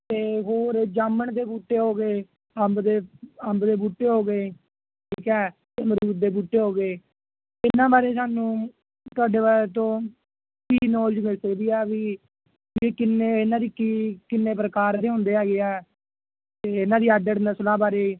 ਅਤੇ ਹੋਰ ਜਾਮਣ ਦੇ ਬੂਟੇ ਹੋ ਗਏ ਅੰਬ ਦੇ ਅੰਬ ਦੇ ਬੂਟੇ ਹੋ ਗਏ ਠੀਕ ਆ ਅਤੇ ਅਮਰੂਦ ਦੇ ਬੂਟੇ ਹੋ ਗਏ ਇਹਨਾਂ ਬਾਰੇ ਸਾਨੂੰ ਤੁਹਾਡੇ ਵਾ ਤੋਂ ਕੀ ਨੋਲੇਜ ਮਿਲ ਸਕਦੀ ਆ ਵੀ ਇਹ ਕਿੰਨੇ ਇਹਨਾਂ ਦੀ ਕੀ ਕਿੰਨੇ ਪ੍ਰਕਾਰ ਦੇ ਹੁੰਦੇ ਹੈਗੇ ਆ ਅਤੇ ਇਹਨਾਂ ਦੀ ਅੱਡ ਅੱਡ ਨਸਲਾਂ ਬਾਰੇ